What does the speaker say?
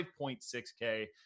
5.6K